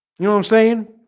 you know i'm saying